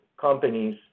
companies